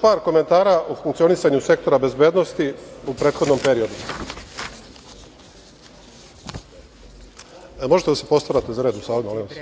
par komentara o funkcionisanju sektora bezbednosti u prethodnom periodu. Možete li da se postarate za red u sali, molim vas?